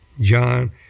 John